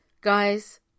Guys